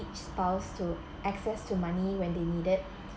each spouse to access to money when they need it